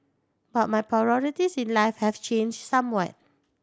but my priorities in life have changed somewhat